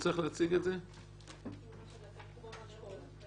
אני מציע שאולי חבר הכנסת לשעבר אוסאמה סעדי